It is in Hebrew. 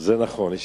זה נכון.